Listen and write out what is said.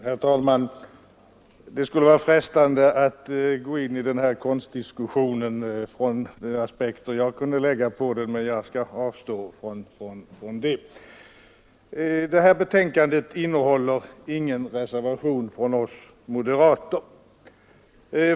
Herr talman! Det skulle vara frestande att gå in i den här konstdiskussionen från de aspekter jag kunde lägga på den, men jag skall avstå från att göra det. Betänkandet innehåller ingen reservation av oss moderater.